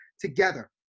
together